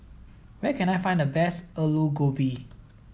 where can I find the best Aloo Gobi